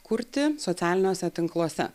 kurti socialiniuose tinkluose